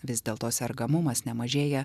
vis dėlto sergamumas nemažėja